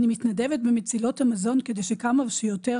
אני מתנדבת ב'מצילות המזון' כדי שכמה שיותר